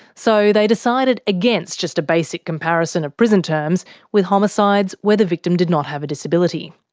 so they decided against just a basic comparison of prison terms with homicides where the victim did not have a disability.